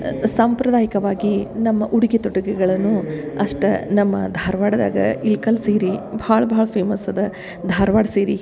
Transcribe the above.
ಸಾಂಪ್ರದಾಯಿಕವಾಗಿ ನಮ್ಮ ಉಡುಗೆ ತೊಡುಗೆಗಳನ್ನು ಅಷ್ಟ ನಮ್ಮ ಧಾರವಾಡದಾಗ ಇಳ್ಕಲ್ಲ ಸೀರೆ ಭಾಳ ಭಾಳ್ ಫೇಮಸ್ ಅದ ಧಾರವಾಡ ಸೀರೆ